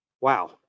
wow